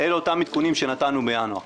אלה אותם עדכונים שנתנו מינואר.